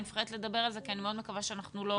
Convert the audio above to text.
אני מפחדת לדבר על זה כי אני מאוד מקווה שלא נגיע לזה.